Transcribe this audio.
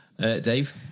Dave